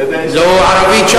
אתה יודע שיש, לא.